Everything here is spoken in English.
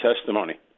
testimony